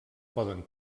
poden